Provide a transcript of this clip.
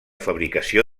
fabricació